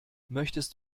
möchtest